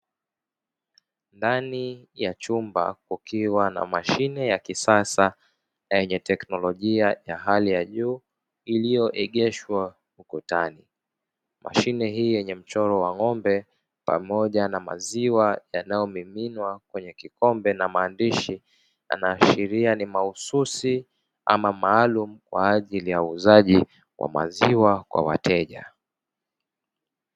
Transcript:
Ndani ya chumba kukiwa na mashine ya kisasa yenye teknolojia ya hali ya juu iliyo egeshwa ukutani. Mashine hii yenye mchoro wa ng'ombe pamoja na maziwa yanayomiminwa kwenye kikombe na maandishi yanaashiria ni mahususi ama maalum kwaajili ya uuzaji wa maziwa kwa wateja.